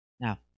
Now